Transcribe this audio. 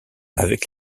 avec